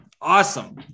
Awesome